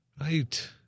right